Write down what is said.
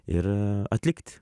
ir atlikt